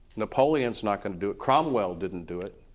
napoleon's not going to do it, cromwell didn't do it,